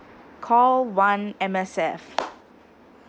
call one M_S_F